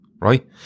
Right